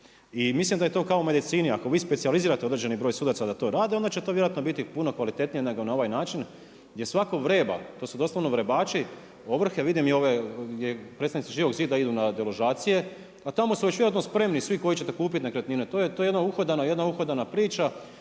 I mislim da je to kao u medicini, ako vi specijalizirate određeni broj sudaca da to radi, onda će to vjerojatno biti puno kvalitetnije nego na ovaj način, gdje svatko vreba, to su doslovno vrebači ovrhe. Vidim i ove gdje predstavnici Živog zida idu na deložacije, a tamo su već vjerojatno spremni svi koji će kupit te nekretnine. To je jedna uhodana priča